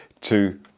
two